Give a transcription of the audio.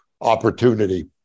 opportunity